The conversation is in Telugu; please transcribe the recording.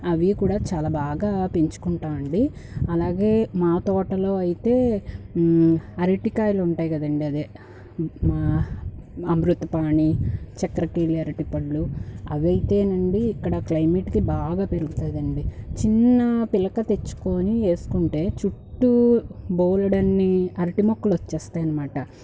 అవి కూడా చాలా బాగా పెంచుకుంటామండి అలాగే మా తోటలో అయితే అరటికాయలు ఉంటాయి కదండి అదే మా అమృతపాణి చక్కెర కేలి అరటి పండ్లు అవి అయితే నండి ఇక్కడ క్లైమేట్కి బాగా పెరుగుతాయి అండి చిన్న పిలక తెచ్చుకొని వేసుకుంటే చుట్టూ బోలెడన్ని అరటి మొక్కలు వచ్చేస్తాయి అన్నమాట